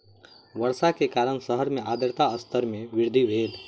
वर्षा के कारण शहर मे आर्द्रता स्तर मे वृद्धि भेल